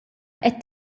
qed